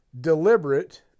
deliberate